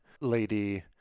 lady